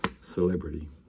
celebrity